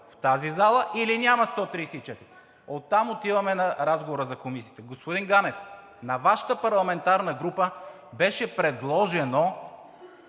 в тази зала или няма 134? Оттам отиваме на разговора за комисиите. Господин Ганев, на Вашата парламентарна група беше предложено